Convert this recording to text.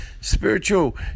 Spiritual